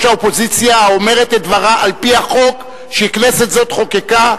האופוזיציה האומרת את דברה על-פי החוק שכנסת זו חוקקה,